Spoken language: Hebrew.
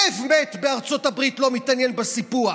כלב מת בארצות הברית לא מתעניין בסיפוח.